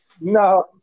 No